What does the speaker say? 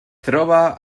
troba